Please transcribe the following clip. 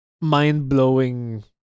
mind-blowing